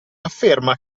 afferma